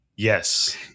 Yes